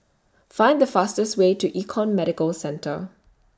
Find The fastest Way to Econ Medicare Centre